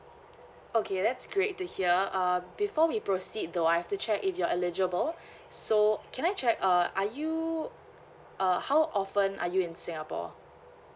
okay that's great to hear uh before we proceed though I have to check if you're eligible so can I check uh are you uh how often are you in singapore